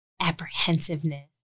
apprehensiveness